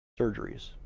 surgeries